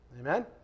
Amen